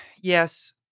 yes